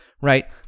right